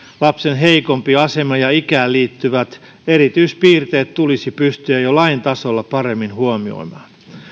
lapsen heikompi asema ja ikään liittyvät erityispiirteet tulisi pystyä jo lain tasolla paremmin huomioimaan